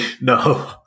no